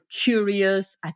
curious